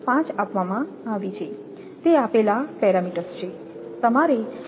5 આપવામાં આવી છે તે આપેલ પરિમાણ છે